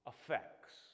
effects